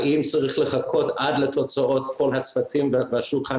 האם צריך לחכות עד לתוצאות כל הצוותים בשולחן